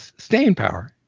staying power.